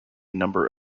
number